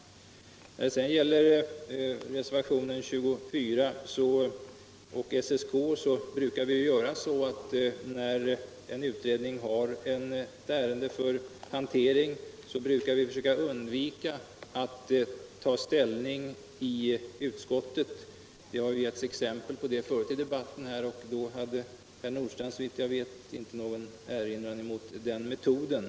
När det gäller reservationen 24 och SSK brukar det vara så, att när en utredning har ett ärende för hantering, undviker utskottet att ta ställning. Det har givits exempel på den saken förut i debatten, och då hade herr Nordstrandh såvitt jag vet inte någon erinran mot metoden.